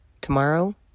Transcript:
Tomorrow